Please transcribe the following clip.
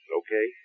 okay